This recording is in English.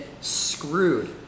screwed